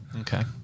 Okay